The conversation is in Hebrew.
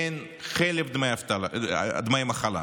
מעין חלף דמי מחלה,